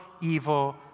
evil